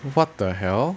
what the hell